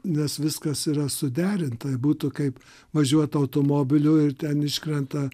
nes viskas yra suderinta būtų kaip važiuoti automobiliu ir ten iškrenta